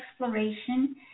exploration